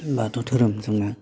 बाथौ धोरोम जोंना